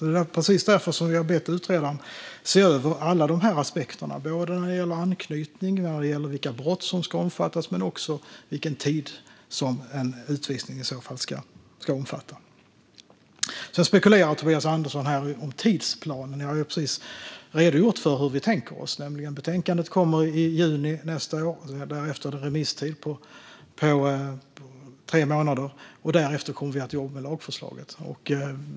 Det är precis därför som vi har bett utredaren att se över alla dessa aspekter när det gäller anknytning, vilka brott som ska omfattas och vilken tid som en utvisning i så fall ska omfatta. Tobias Andersson spekulerar här om tidsplanen. Jag har precis redogjort för hur vi tänker oss detta. Betänkandet kommer i juni nästa år. Sedan är det en remisstid på tre månader. Och därefter kommer vi att jobba med lagförslaget.